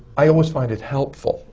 i always find it helpful.